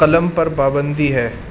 قلم پر پابندی ہے